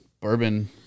bourbon